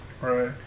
Right